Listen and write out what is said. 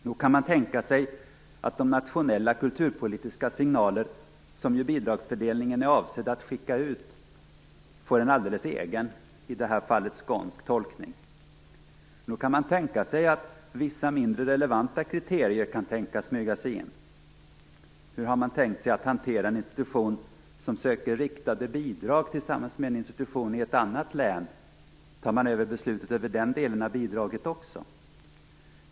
Nog kan man tänka sig att de nationella kulturpolitiska signaler som ju bidragsfördelningen är avsedd att skicka ut får en alldeles egen, i det här fallet skånsk, tolkning. Nog kan man tänka sig att vissa mindre relevanta kriterier kan smyga sig in. Hur har man tänkt sig att hantera en institution som söker riktade bidrag tillsammans med en institution i ett annat län? Tar man över beslutet över den delen av bidraget också?